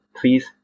Please